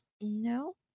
No